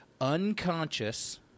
Unconscious